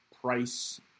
price